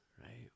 right